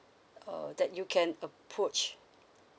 uh that you can approach